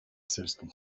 сельском